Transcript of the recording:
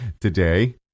today